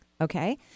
Okay